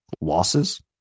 losses